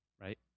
right